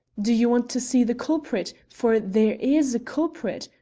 do you want to see the culprit for there is a culprit.